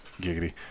giggity